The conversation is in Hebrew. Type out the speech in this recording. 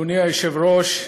אדוני היושב-ראש,